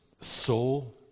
soul